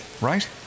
right